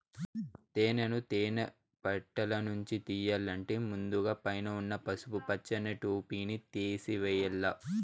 తేనెను తేనె పెట్టలనుంచి తియ్యల్లంటే ముందుగ పైన ఉన్న పసుపు పచ్చని టోపిని తేసివేయల్ల